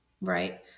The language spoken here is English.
right